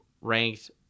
ranked